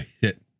hit